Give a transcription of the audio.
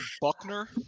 Buckner